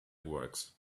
works